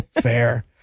Fair